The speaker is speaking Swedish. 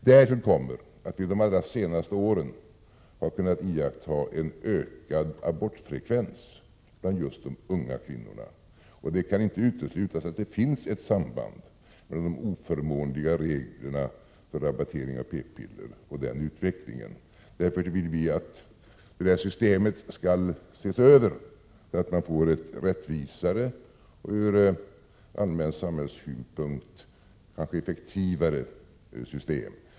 Därtill kommer att vi under de allra senaste åren har kunnat iaktta en ökad abortfrekvens bland just de unga kvinnorna, och det kan inte uteslutas att det finns ett samband mellan de oförmånliga reglerna för rabattering av p-piller och den utvecklingen. Därför vill vi att systemet skall ses över, så att man får ett rättvisare och ur allmän samhällssynpunkt kanske effektivare system.